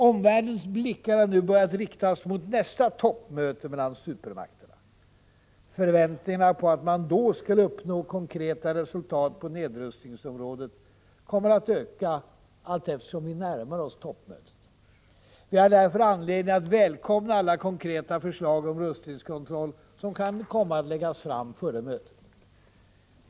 Omvärldens blickar har nu börjat riktas mot nästa toppmöte mellan supermakterna. Förväntningarna på att man då skall uppnå konkreta resultat på nedrustningsområdet kommer att öka allteftersom vi närmar oss toppmötet. Vi har därför anledning att välkomna alla konkreta förslag om rustningskontroll som kan komma att läggas fram före mötet.